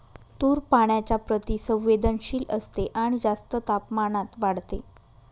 तूर पाण्याच्या प्रति संवेदनशील असते आणि जास्त तापमानात वाढते